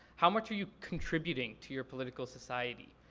how much are you contributing to your political society?